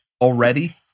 already